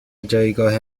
جایگاه